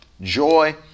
joy